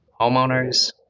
homeowners